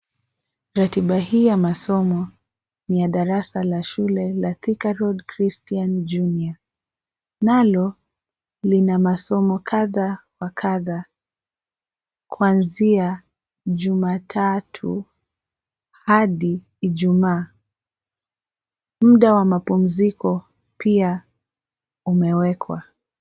Ratiba hii ya masomo ni ya darasa la shule la Thika Road Christian Junior. Nalo lina masomo kadha wa kadha. Kuanzia Jumatatu hadi Ijumaa. Muda wa mapumziko pia umewekwa.